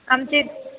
आमचे